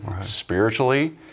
Spiritually